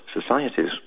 societies